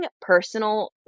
personal